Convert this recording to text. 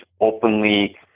openly